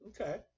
Okay